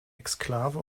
exklave